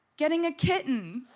getting a kitten!